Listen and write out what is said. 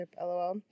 lol